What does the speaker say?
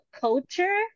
culture